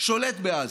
שולט בעזה.